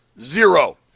Zero